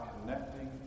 connecting